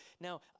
Now